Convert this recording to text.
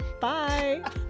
Bye